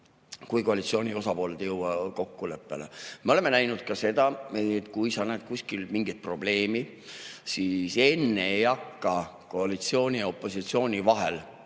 kui koalitsiooni osapooled ei jõua kokkuleppele. Me oleme näinud ka seda: kui sa näed kuskil mingit probleemi, siis enne ei hakka koalitsiooni ja opositsiooni vahel